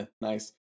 nice